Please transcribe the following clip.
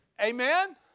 Amen